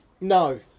No